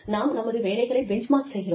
நாம் நமது வேலைகளை பெஞ்ச்மார்க் செய்கிறோம்